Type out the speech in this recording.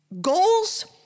Goals